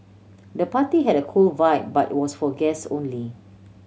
the party had a cool vibe but was for guests only